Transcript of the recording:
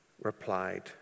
replied